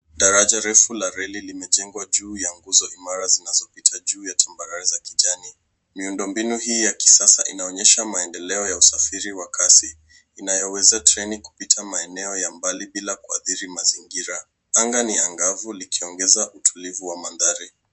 Daraja refu la reli limejengwa juu ya nguzo imara zinazopita juu ya timbara za kijani. Miundombinu hii ya kisasa inaonyesha maendeleo ya usafiri wa kasi. Inayoweza treni kupita maeneo ya mbali bila kuathiri mazingira. Anga ni angavu likiongeza utulivu wa mandhari.